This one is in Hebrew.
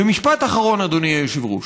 משפט אחרון, אדוני היושב-ראש.